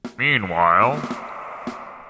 Meanwhile